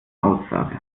aussage